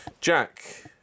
jack